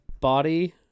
body